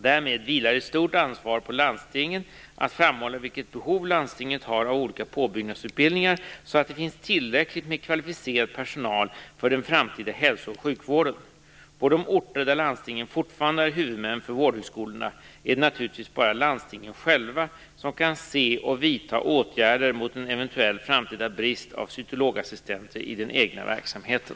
Därmed vilar ett stort ansvar på landstingen att framhålla vilket behov de har av olika påbyggnadsutbildningar så att det finns tillräckligt med kvalificerad personal för den framtida hälso och sjukvården. På de orter där landstingen fortfarande är huvudmän för vårdhögskolorna är det naturligtvis bara landstingen själva som kan se och vidta åtgärder mot en eventuell framtida brist på cytologassistenter i den egna verksamheten.